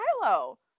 shiloh